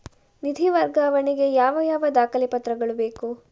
ನಿಧಿ ವರ್ಗಾವಣೆ ಗೆ ಯಾವ ಯಾವ ದಾಖಲೆ ಪತ್ರಗಳು ಬೇಕು?